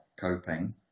coping